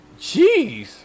Jeez